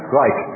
right